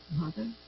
mother